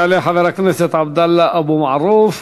יעלה חבר הכנסת עבדאללה אבו מערוף,